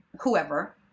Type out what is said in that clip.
whoever